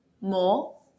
more